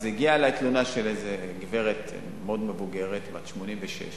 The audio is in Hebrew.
אז הגיעה אלי תלונה של גברת מבוגרת מאוד, בת 86,